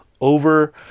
over